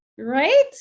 right